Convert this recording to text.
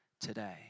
today